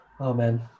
Amen